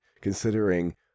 considering